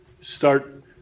start